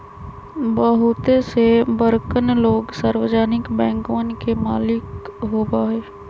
बहुते से बड़कन लोग सार्वजनिक बैंकवन के मालिक होबा हई